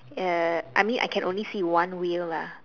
uh I mean I can only see one wheel lah